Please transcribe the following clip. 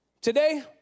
Today